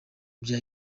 bya